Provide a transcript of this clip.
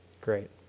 great